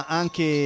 anche